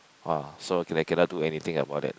ah so cannot cannot do anything about it